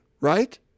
right